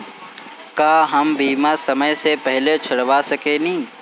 का हम बीमा समय से पहले छोड़वा सकेनी?